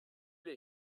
elle